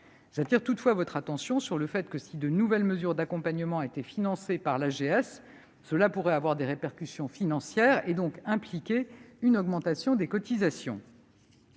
J'attire toutefois votre attention sur le fait que, si de nouvelles mesures d'accompagnement devaient être financées par le régime, cela pourrait avoir des répercussions financières, et donc impliquer une augmentation des cotisations.